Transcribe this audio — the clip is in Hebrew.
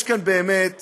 תראו, יש כאן באמת